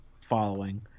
following